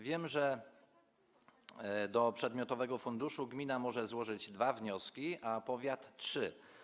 Wiem, że do przedmiotowego funduszu gmina może złożyć dwa wnioski, a powiat - trzy.